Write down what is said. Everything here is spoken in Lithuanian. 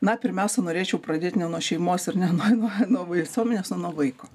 na pirmiausia norėčiau pradėt ne nuo šeimos ir ne nuo nuo nuo visuomenės o nuo vaiko